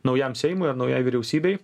naujam seimui ar naujai vyriausybei